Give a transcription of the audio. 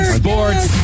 sports